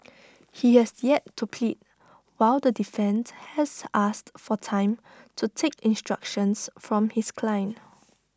he has yet to plead while the defence has asked for time to take instructions from his client